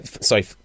Sorry